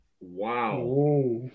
Wow